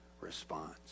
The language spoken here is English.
response